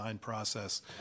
process